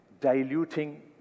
Diluting